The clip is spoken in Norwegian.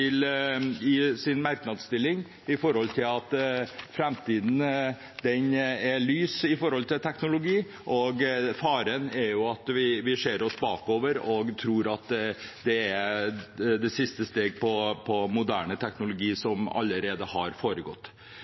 sitat i sine merknader med hensyn til at fremtiden er lys når det gjelder teknologi. Faren er at vi ser oss bakover og tror at det siste steget i moderne teknologi allerede